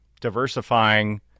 diversifying